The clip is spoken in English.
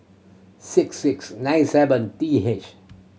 six six nine seven T H